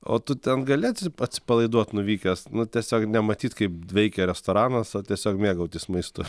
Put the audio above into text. o tu ten gali atsi atsipalaiduot nuvykęs nu tiesiog nematyt kaip veikia restoranas o tiesiog mėgautis maistu